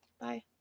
Bye